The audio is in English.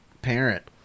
parent